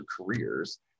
careers